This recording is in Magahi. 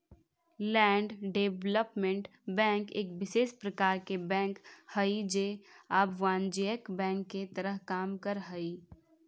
लैंड डेवलपमेंट बैंक एक विशेष प्रकार के बैंक हइ जे अवाणिज्यिक बैंक के तरह काम करऽ हइ